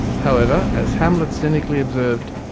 however, as hamlet cynically observed,